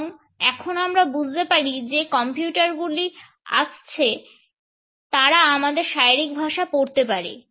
এবং এখন আমরা বুঝতে পারি যে কম্পিউটারগুলি আসছে তারা আমাদের শারীরিক ভাষা পড়তে পারে